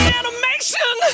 animation